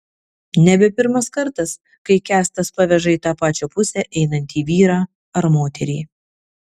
nebe pirmas kartas kai kęstas paveža į tą pačią pusę einantį vyrą ar moterį